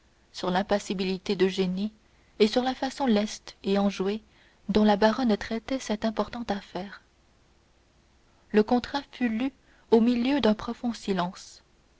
sur l'impassibilité d'eugénie et sur la façon leste et enjouée dont la baronne traitait cette importante affaire le contrat fut lu au milieu d'un profond silence